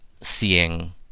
Seeing